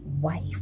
wife